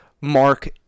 Mark